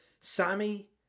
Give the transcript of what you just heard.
Sammy